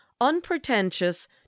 unpretentious